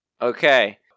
Okay